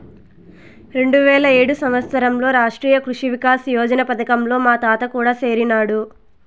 రెండువేల ఏడు సంవత్సరంలో రాష్ట్రీయ కృషి వికాస్ యోజన పథకంలో మా తాత కూడా సేరినాడు